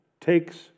takes